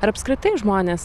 ar apskritai žmonės